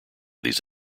these